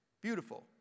Beautiful